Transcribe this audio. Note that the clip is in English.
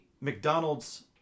McDonald's